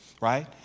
right